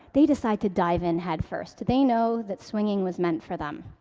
they decide to dive in headfirst. they know that swinging was meant for them.